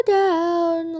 down